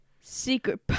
Secret